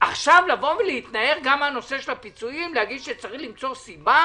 עכשיו להתנער גם מהפיצויים ולהגיד שצריך למצוא סיבה?